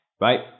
right